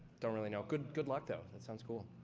don't really know. good good luck, though. that sounds cool.